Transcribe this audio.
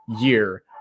Year